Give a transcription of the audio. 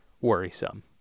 worrisome